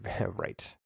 Right